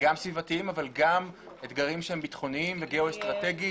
אבל גם אתגרים שהם ביטחוניים וגיאו-אסטרטגיים.